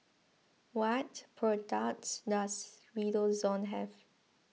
what products does Redoxon have